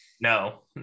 No